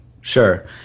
Sure